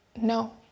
no